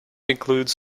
includes